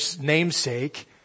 namesake